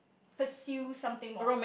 pursue something more